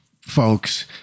folks